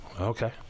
Okay